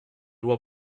loi